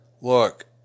Look